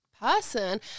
person